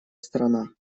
страна